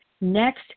Next